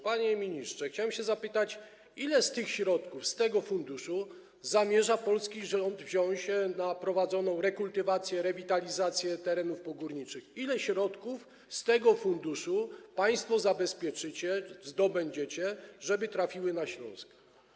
Panie ministrze, chciałem zapytać, ile środków z tego funduszu zamierza polski rząd wziąć na prowadzoną rekultywację, rewitalizację terenów górniczych, ile środków z tego funduszu państwo zabezpieczycie, zdobędziecie, tak żeby trafiły na Śląsk.